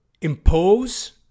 impose